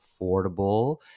affordable